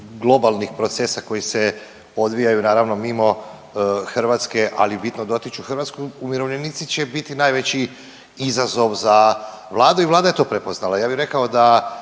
globalnih procesa koji se odvijaju naravno mimo Hrvatske, ali bitno dotiču Hrvatsku, umirovljenici će biti najveći izazov za vladu i vlada je to prepoznala, ja bi rekao da